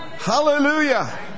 Hallelujah